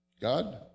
God